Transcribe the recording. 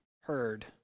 heard